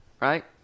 Right